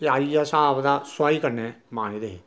सुआही कन्नै मांजदे हे